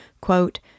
quote